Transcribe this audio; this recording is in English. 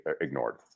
ignored